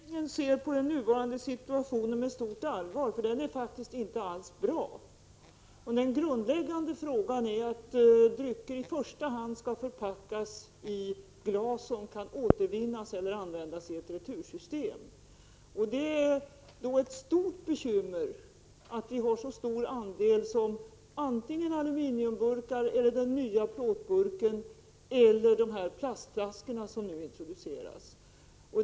Herr talman! Regeringen ser på den nuvarande situationen med stort allvar — den är inte alls bra. Grundläggande är att drycker i första hand skall förpackas i glas som kan återvinnas eller användas i ett retursystem. Det är ett stort bekymmer att så stor andel av förpackningarna utgörs av aluminiumburkar, den nya plåtburken och de plastflaskor som nu introduceras.